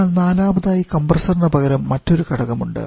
എന്നാൽ നാലാമതായി കംപ്രസ്സർ ന് പകരം മറ്റൊരു ഘടകം ഉണ്ട്